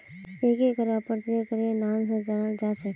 एक कर अप्रत्यक्ष करेर नाम स जानाल जा छेक